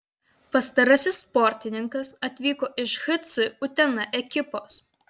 pastarasis sportininkas atvyko iš hc utena ekipos